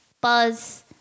Buzz